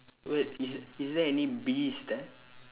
wait is is there any bees there